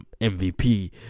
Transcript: MVP